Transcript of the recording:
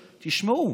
תשמעו,